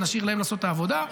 ונשאיר להן לעשות את העבודה.